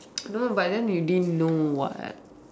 no but then you didn't know what